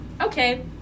Okay